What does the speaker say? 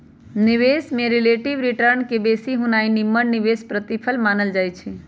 निवेश में relative return के बेशी होनाइ निम्मन निवेश प्रतिफल मानल जाइ छइ